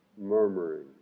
murmuring